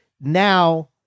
now